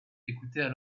écoutaient